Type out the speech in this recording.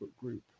group